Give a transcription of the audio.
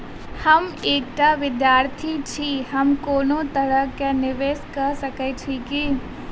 हम एकटा विधार्थी छी, हम कोनो तरह कऽ निवेश कऽ सकय छी की?